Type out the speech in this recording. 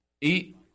Eat